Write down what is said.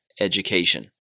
education